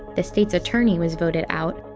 the state's attorney was voted out.